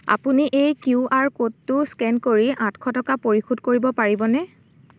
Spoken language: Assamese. আপুনি এই কিউ আৰ ক'ডটো স্কেন কৰি আঠশ টকা পৰিশোধ কৰিব পাৰিবনে